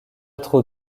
trop